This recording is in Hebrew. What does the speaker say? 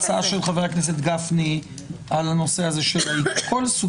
ההצעה של חבר הכנסת גפני על הנושא הזה של העיקול.